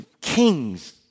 kings